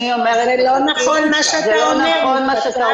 זה לא נכון, מה שאתה אומר.